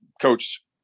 coach